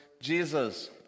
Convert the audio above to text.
Jesus